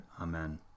Amen